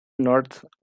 north